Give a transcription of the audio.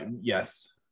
yes